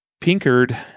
Pinkard